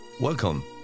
Welcome